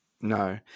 No